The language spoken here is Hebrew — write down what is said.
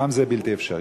גם זה בלתי אפשרי.